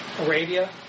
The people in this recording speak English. Arabia